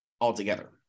altogether